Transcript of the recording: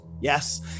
Yes